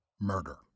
murder